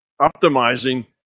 optimizing